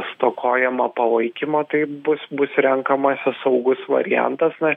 stokojama palaikymo tai bus bus renkamasi saugus variantas na